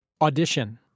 Audition